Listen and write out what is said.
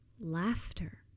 laughter